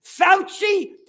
Fauci